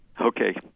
Okay